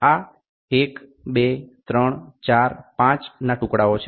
આ 1 2 3 4 5ના ટુકડાઓ છે